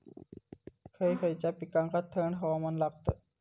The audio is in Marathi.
खय खयच्या पिकांका थंड हवामान लागतं?